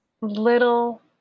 little